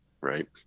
right